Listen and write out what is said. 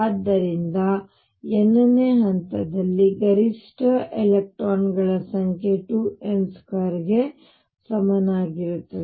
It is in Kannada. ಆದ್ದರಿಂದ n ನೇ ಹಂತದಲ್ಲಿ ಗರಿಷ್ಠ ಎಲೆಕ್ಟ್ರಾನ್ಗಳ ಸಂಖ್ಯೆ 2n2 ಗೆ ಸಮಾನವಾಗಿರುತ್ತದೆ